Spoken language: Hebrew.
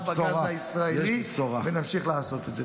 -- יש ברכה בגז הישראלי ונמשיך לעשות את זה.